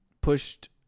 pushed